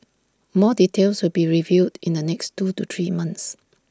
more details will be revealed in the next two to three months